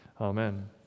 Amen